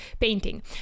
painting